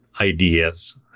ideas